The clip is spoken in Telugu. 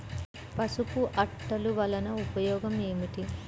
పసుపు అట్టలు వలన ఉపయోగం ఏమిటి?